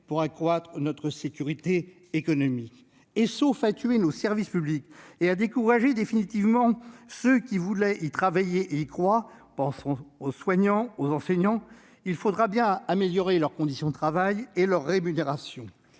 pour accroître notre souveraineté économique. Sauf à tuer nos services publics et à décourager définitivement ceux qui voudraient y travailler- je pense aux soignants et aux enseignants -, il faudra bien améliorer les conditions de travail et de rémunération.